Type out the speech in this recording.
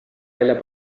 välja